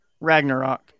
Ragnarok